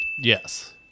yes